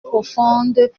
profonde